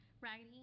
Raggedy